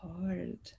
hard